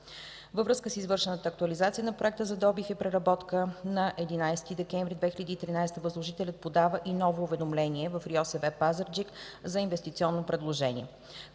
Във връзка с извършена актуализация на проекта за добив и преработка на 11 декември 2013 г. възложителят подава и ново уведомление в РИОСВ – Пазарджик, за инвестиционното предложение.